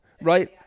right